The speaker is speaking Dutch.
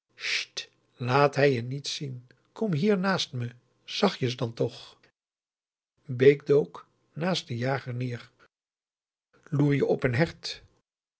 laat hij je niet zien kom hier naast me zachtjes dan toch augusta de wit orpheus in de dessa bake dook naast den jager neer loer je op een hert